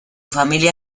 familia